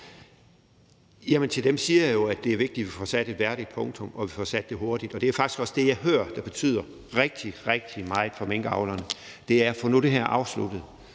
til dem siger jeg jo, at det er vigtigt, at vi får sat et værdigt punktum, og at vi får sat det hurtigt, og det er faktisk også det, jeg hører betyder rigtig, rigtig meget for minkavlerne: Få nu det her afsluttet,